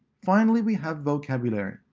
finally we have vocabulary.